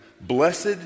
Blessed